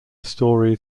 story